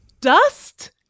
dust